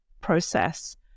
process